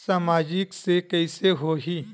सामाजिक से कइसे होही?